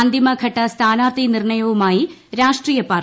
അന്തിമഘട്ട സ്ഥാനാർത്ഥി നിർണയവുമായി രാഷ്ട്രീയ പാർട്ടികൾ